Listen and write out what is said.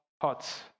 hot